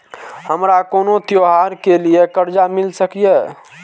हमारा कोनो त्योहार के लिए कर्जा मिल सकीये?